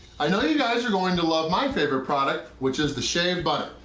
i know you guys are going to love my favorite product, which is the shave butter.